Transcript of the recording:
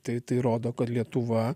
tai tai rodo kad lietuva